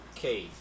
Okay